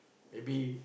maybe